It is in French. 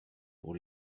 pour